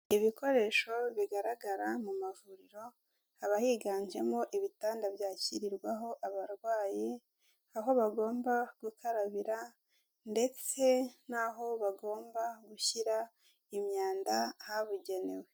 Ibikoresho bigaragara mu mavuriro, haba higanjemo ibitanda byakirirwaho abarwayi, aho bagomba gukarabira ndetse n'aho bagomba gushyira imyanda habugenewe.